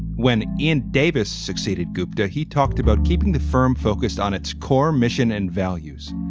when ian davis succeeded gupta, he talked about keeping the firm focused on its core mission and values.